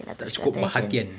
tak cukup perhatian